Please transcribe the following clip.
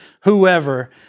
whoever